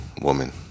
woman